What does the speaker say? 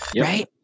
right